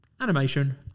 Animation